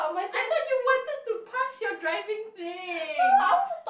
I thought you wanted to pass your driving thing